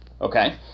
okay